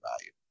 value